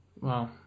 Wow